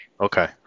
Okay